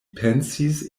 pensis